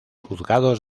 juzgados